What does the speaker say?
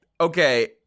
Okay